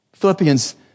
Philippians